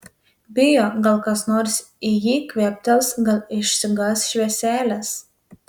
bijo gal kas nors į jį kvėptels gal išsigąs švieselės